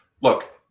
look